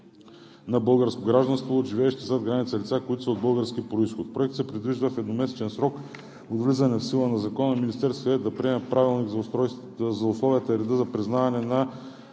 на българско гражданство от живеещи зад граница лица, които са от български произход. В Проекта се предвижда в едномесечен срок от влизането в сила на Закона Министерският съвет да приеме Правилник за условията и реда за признаване на